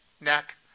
neck